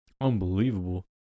Unbelievable